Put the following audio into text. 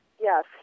Yes